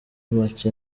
make